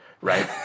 Right